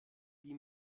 die